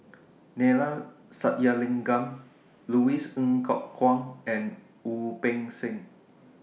Neila Sathyalingam Louis Ng Kok Kwang and Wu Peng Seng